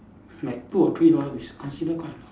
like two or three dollar is consider quite